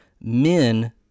men